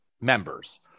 members